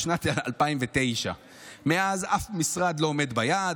בשנת 2009. מאז אף משרד לא עומד ביעד,